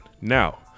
now